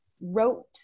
wrote